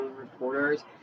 reporters